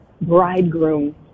bridegroom